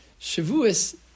Shavuos